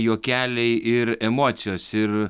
juokeliai ir emocijos ir